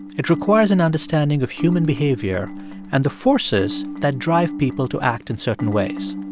it requires an understanding of human behavior and the forces that drive people to act in certain ways